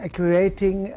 creating